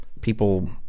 People